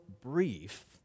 brief